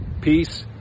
peace